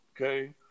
Okay